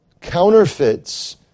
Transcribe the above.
counterfeits